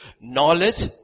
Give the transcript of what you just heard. Knowledge